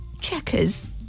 Checkers